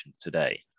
today